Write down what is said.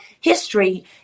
history